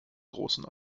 großen